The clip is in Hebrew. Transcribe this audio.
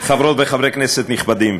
חברות וחברי כנסת נכבדים,